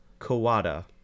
kawada